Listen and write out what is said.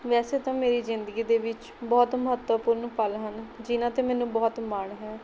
ਵੈਸੇ ਤਾਂ ਮੇਰੀ ਜ਼ਿੰਦਗੀ ਦੇ ਵਿੱਚ ਬਹੁਤ ਮਹੱਤਵਪੂਰਨ ਪਲ ਹਨ ਜਿਹਨਾਂ 'ਤੇ ਮੈਨੂੰ ਬਹੁਤ ਮਾਣ ਹੈ